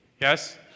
Yes